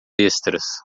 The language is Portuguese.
extras